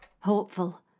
hopeful